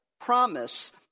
promise